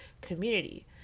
community